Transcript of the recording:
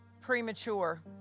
premature